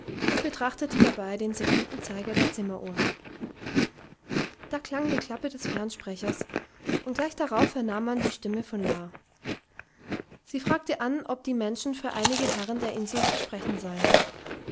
und betrachtete dabei den sekundenzeiger der zimmeruhr da klang die klappe des fernsprechers und gleich darauf vernahm man die stimme von la sie fragte an ob die menschen für einige herren der insel zu sprechen seien